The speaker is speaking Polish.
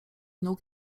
nóg